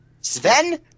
Sven